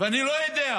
ואני לא יודע,